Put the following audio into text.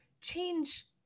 change